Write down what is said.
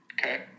Okay